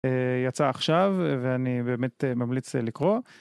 יצא עכשיו, ואני באמת ממליץ לקרוא.